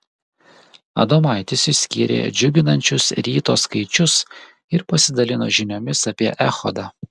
adomaitis išskyrė džiuginančius ryto skaičius ir pasidalino žiniomis apie echodą